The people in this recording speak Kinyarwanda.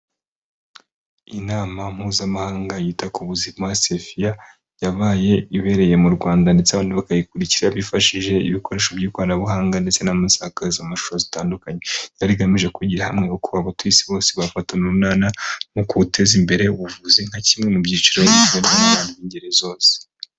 Inama mpuzamahanga yita ku buzima CPHIA, yabaye ibereye mu Rwanda ndetse abandi bakayikurikira bifashishije ibikoresho by'ikoranabuhanga ndetse n'amasakazamashusho zitandukanye. Yari igamije kwigira hamwe uko abatuye isi bose bafatana urunana mu guteza imbere ubuvuzi nka kimwe mu byiciro by'abantu b'ingeri zose.